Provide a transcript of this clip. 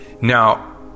Now